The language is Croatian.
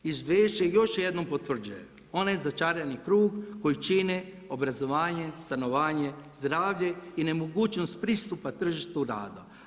Izvješće još jednom potvrđuje onaj začarani krug koji čine obrazovanje, stanovanje, zdravlje i nemogućnost pristupa tržištu rada.